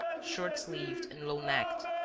short-sleeved and low-necked,